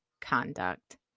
conduct